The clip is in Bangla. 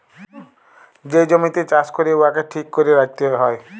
যে জমিতে চাষ ক্যরে উয়াকে ঠিক ক্যরে রাইখতে হ্যয়